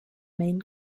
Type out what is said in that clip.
main